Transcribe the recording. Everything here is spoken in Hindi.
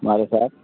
हमारे साथ